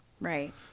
Right